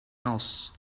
else